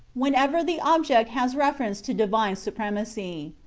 whenever the object has reference to divine supremacy.